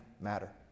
matter